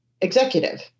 executive